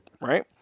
right